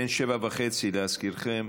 להזכירכם,